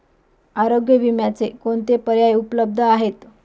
आरोग्य विम्याचे कोणते पर्याय उपलब्ध आहेत?